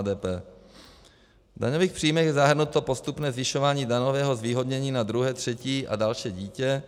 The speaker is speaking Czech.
V daňových příjmech je zahrnuto postupné zvyšování daňového zvýhodnění na druhé, třetí a další dítě.